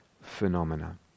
phenomena